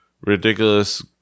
ridiculous